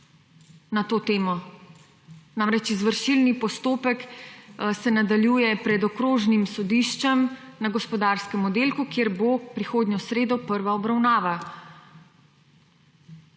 na to temo. Namreč izvršilni postopek se nadaljuje pred Okrožnim sodiščem na gospodarskem oddelku, kjer bo prihodnjo sredo prva obravnava.